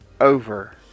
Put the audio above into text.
over